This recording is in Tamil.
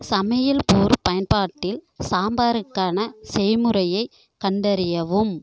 சமையல் போர் பயன்பாட்டில் சாம்பாருக்கான செய்முறையைக் கண்டறியவும்